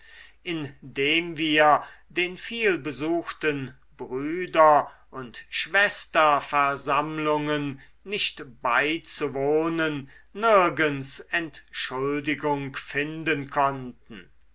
indem wir den vielbesuchten brüder und schwesterversammlungen nicht beizuwohnen nirgends entschuldigung finden konnten